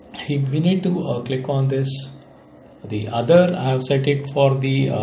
if we need to ah click on this the other i have set it for the